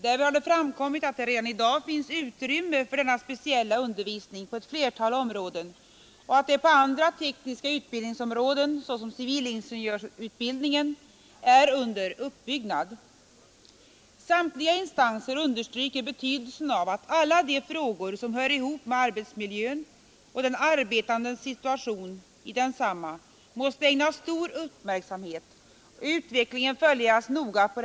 Därvid har framkommit att det redan i dag finns utrymme för denna speciella undervisning på ett flertal områden och att den på andra tekniska utbildningsområden, såsom civilingenjörsutbildningen, är under uppbyggnad. Samtliga instanser understryker betydelsen av att alla de frågor som hör ihop med Nr 127 arbetsmiljön och den arbetandes situation i denna måste ägnas stor E Onsdagen den uppmärksamhet och utvecklingen följas noga på området.